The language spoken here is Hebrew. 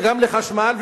וגם לחשמל,